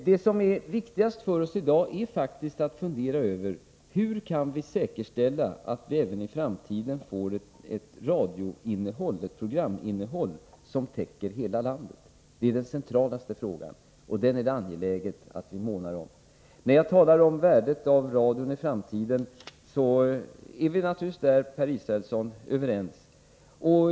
Det som är viktigt för oss i dag är faktiskt att fundera över hur vi skall kunna säkerställa ett programinnehåll även i framtiden som täcker hela landet. Det är den mest centrala frågan, och den är det angeläget att beakta. Jag talar om värdet av radion i framtiden, och vi är naturligtvis överens om det värdet, Per Israelsson.